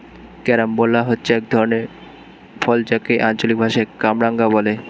carambola হচ্ছে এক ধরনের ফল যাকে আঞ্চলিক ভাষায় কামরাঙা বলে